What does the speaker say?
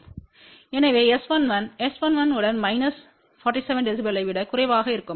எனவே S11S11உடன்மைனஸ் 47 dBயை விட குறைவாக இருக்கும்